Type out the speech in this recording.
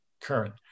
current